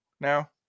now